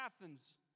Athens